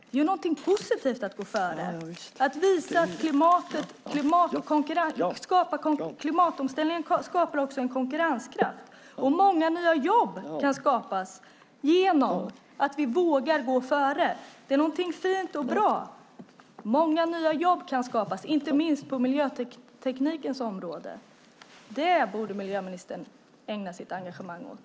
Det är positivt att gå före, att visa att klimatomställningen skapar också en konkurrenskraft. Många nya jobb kan skapas genom att vi vågar gå före. Det är något fint och bra. Många nya jobb kan skapas, inte minst på miljöteknikens område. Det borde miljöministern ägna sitt engagemang åt.